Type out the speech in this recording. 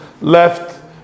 left